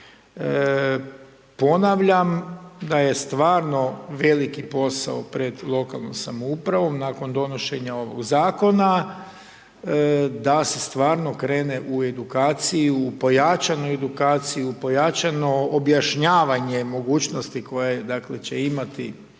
Ponavljam da je stvarno veliki posao pred lokalnom samoupravnom nakon donošenja ovog zakona, da se stvarno krene u edukaciju, pojačanu edukaciju, pojačano objašnjavanje mogućnosti koje dakle će imati